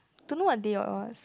don't know what day it was